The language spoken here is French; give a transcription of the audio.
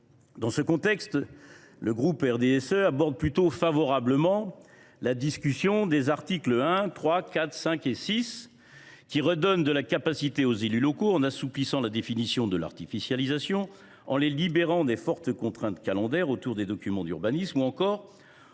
Dans ce contexte, le groupe RDSE aborde plutôt favorablement la discussion des articles 1, 3, 4, 5 et 6, qui redonnent de la capacité aux élus locaux en assouplissant la définition de l’artificialisation, en les libérant des fortes contraintes calendaires autour des documents d’urbanisme, ou encore